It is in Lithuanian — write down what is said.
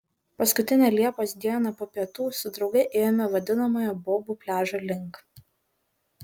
paskutinę liepos dieną po pietų su drauge ėjome vadinamojo bobų pliažo link